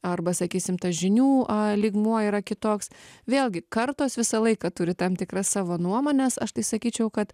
arba sakysim tas žinių lygmuo yra kitoks vėlgi kartos visą laiką turi tam tikras savo nuomones aš tai sakyčiau kad